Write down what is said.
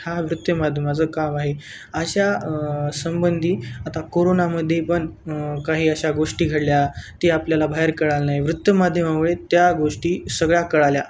हा वृत्त माध्यमाचं काव आहे अशा संबंधी आता कोरोना मध्ये पण काही अशा गोष्टी घडल्या तर आपल्याला बाहेर कळाल नाही वृत्त माध्यमामुळे त्या गोष्टी सगळ्या कळाल्या